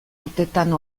urtetan